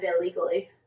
illegally